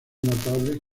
notables